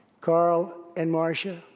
carl and marsha,